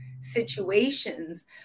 situations